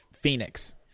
Phoenix